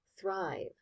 thrive